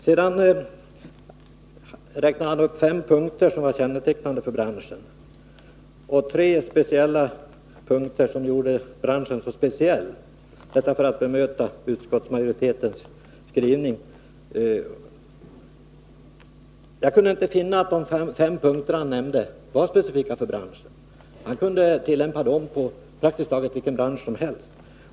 Per Olof Håkansson räknar upp fem punkter som är kännetecknande för branschen samt tre punkter som gör branschen speciell — detta för att bemöta utskottsmajoritetens skrivning. Jag kunde dock inte finna att de fem punkter han nämnde var specifika för denna bransch, utan de skulle kunna anföras beträffande praktiskt taget vilken bransch som helst.